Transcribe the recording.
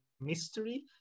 mystery